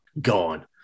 gone